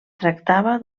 tractava